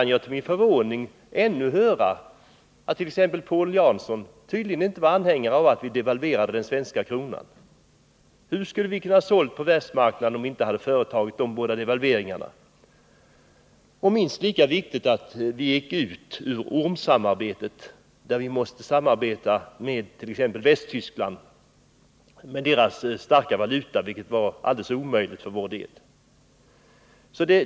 Till min förvåning kan jag ännu höra att t.ex. Paul Jansson trots detta tydligen inte var anhängare av att vi devalverade den svenska kronan. Hur skulle vi ha kunnat sälja på världsmarknaden om vi inte företagit de båda devalveringarna? Minst lika viktigt var det att vi gick ur ormsamarbetet, där vi måste samarbeta med t.ex. Västtyskland, med dess starka valuta, vilket var alldeles omöjligt för vår del.